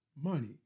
money